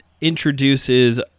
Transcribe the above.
introduces